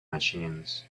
machines